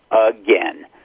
again